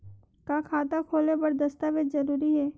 का खाता खोले बर दस्तावेज जरूरी हे?